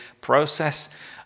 process